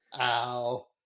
Ow